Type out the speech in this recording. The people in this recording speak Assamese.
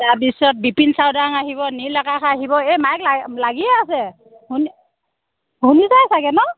তাৰপিছত বিপিন চাউদাং আহিব নীল আকাশ আহিব এই মাইক লা লাগিয়ে আছে শুনি শুনিছাই চাগে ন